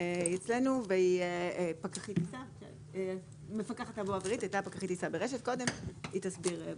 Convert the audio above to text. מפקחת תעבורה אווירית, להסביר.